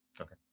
Okay